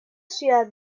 ciudad